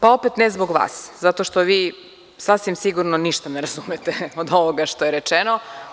Pa, opet ne zbog vas, zato što vi, sasvim sigurno, ništa ne razumete od ovoga što je rečeno.